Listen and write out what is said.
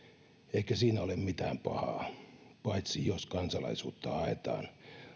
eikä siinä ole mitään pahaa paitsi jos kansalaisuutta haetaan